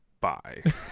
Bye